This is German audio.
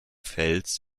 fels